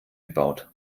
gebaut